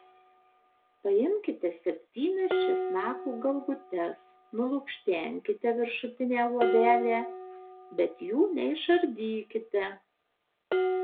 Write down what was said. paimkite septynias česnako galvutes nulukštenkite viršutinę luobelę bet jų neišardykite